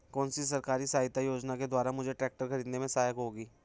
कौनसी सरकारी सहायता योजना के द्वारा मुझे ट्रैक्टर खरीदने में सहायक होगी?